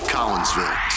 Collinsville